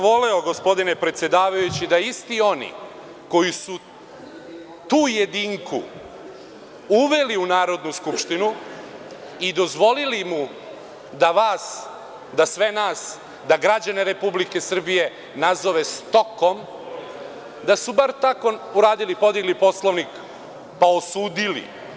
Voleo bih gospodine predsedavajući da isti oni koji su tu jedinku uveli u Narodnu skupštinu i dozvolili mu da vas, da sve nas, da građane Republike Srbije nazove stokom, da su bar tako uradili, podigli Poslovnik pa osudili.